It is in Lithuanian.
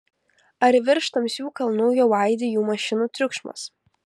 ar virš tamsių kalnų jau aidi jų mašinų triukšmas